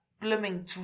blooming